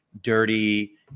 dirty